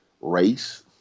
race